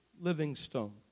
Livingstone